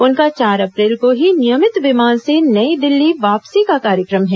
उनका चार अप्रैल को ही नियमित विमान से नई दिल्ली वापसी का कार्यक्रम है